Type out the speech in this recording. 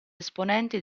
esponenti